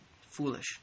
Foolish